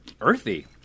earthy